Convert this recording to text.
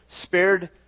spared